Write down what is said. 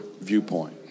viewpoint